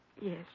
Yes